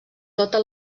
tota